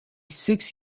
six